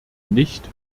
nicht